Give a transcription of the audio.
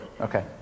Okay